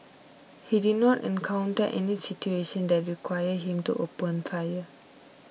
he did not encounter any situation that required him to open fire